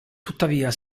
tuttavia